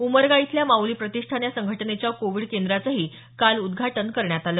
उमरगा इथल्या माऊली प्रतिष्ठान या संघटनेच्या कोविड केंद्राचंही काल उद्घाटन करण्यात आल